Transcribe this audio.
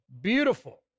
Beautiful